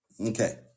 Okay